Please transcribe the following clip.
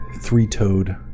three-toed